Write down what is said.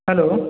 hello